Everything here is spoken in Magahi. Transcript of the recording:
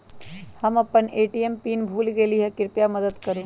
हम अपन ए.टी.एम पीन भूल गेली ह, कृपया मदत करू